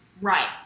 right